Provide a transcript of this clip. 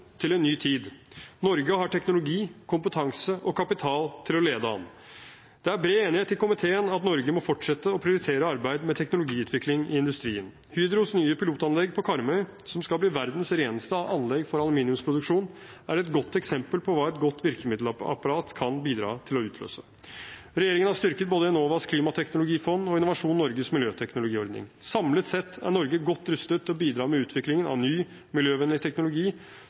til en ny tid. Norge har teknologi, kompetanse og kapital til å lede an. Det er bred enighet i komiteen om at Norge må fortsette å prioritere arbeid med teknologiutvikling i industrien. Hydros nye pilotanlegg på Karmøy, som skal bli verdens reneste anlegg for aluminiumsproduksjon, er et godt eksempel på hva et godt virkemiddelapparat kan bidra til å utløse. Regjeringen har styrket både Enovas klimateknologifond og Innovasjon Norges miljøteknologiordning. Samlet sett er Norge godt rustet til å bidra med utviklingen av ny miljøvennlig teknologi,